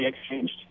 exchanged